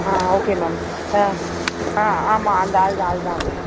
ஆ okay ma'am அ ஆ ஆமாம் அந்த அது தான் அது தான் வேணும்